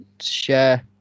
share